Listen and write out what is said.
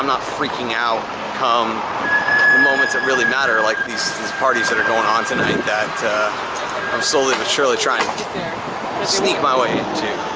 not freaking out come the moments that really matter, like these parties that are going on tonight that i'm slowly but surely trying to sneak my way into.